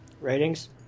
ratings